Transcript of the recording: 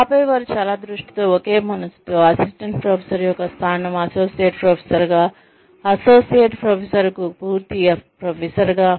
ఆపై వారు చాలా దృష్టితో ఒకే మనస్సుతో అసిస్టెంట్ ప్రొఫెసర్ యొక్క స్థానం అసోసియేట్ ప్రొఫెసర్గా అసోసియేట్ ప్రొఫెసర్కు పూర్తి ప్రొఫెసర్గా